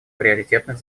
приоритетных